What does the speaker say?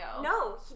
No